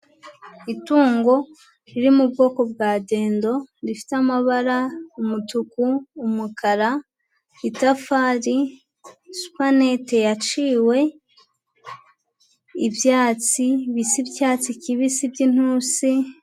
Itungo riri mu bwoko bwa dendo rifite amabara, umutuku, umukara, itafari, supanete yaciwe, ibyatsi bisa icyatsi kibisi by'intusi.